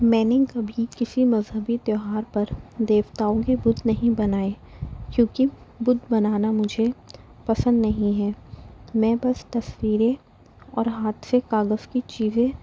میں نے کبھی کسی مذہبی تہوار پر دیوتاؤں کی بت نہیں بنائے کیونکہ بت بنانا مجھے پسند نہیں ہے میں بس تصویریں اور ہاتھ سے کاغذ کی چیزیں